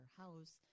house